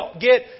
get